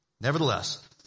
Nevertheless